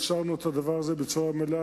אפשרנו את הדבר הזה בצורה מלאה,